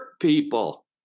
people